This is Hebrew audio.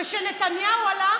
וחבריו,